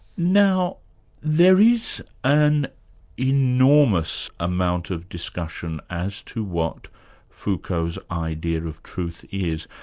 now there is an enormous amount of discussion as to what foucault's idea of truth is.